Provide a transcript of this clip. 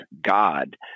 god